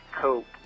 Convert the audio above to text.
cope